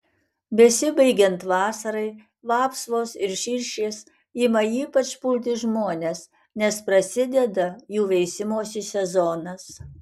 besibaigiant vasarai vapsvos ir širšės ima ypač pulti žmones nes prasideda jų veisimosi sezonas